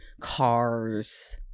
cars